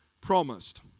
promised